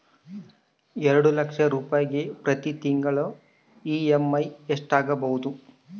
ಎರಡು ಲಕ್ಷ ರೂಪಾಯಿಗೆ ಪ್ರತಿ ತಿಂಗಳಿಗೆ ಇ.ಎಮ್.ಐ ಎಷ್ಟಾಗಬಹುದು?